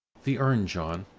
the urn, john,